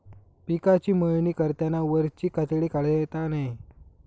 पिकाची मळणी करताना वरची कातडी काढता नये